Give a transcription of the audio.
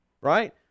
right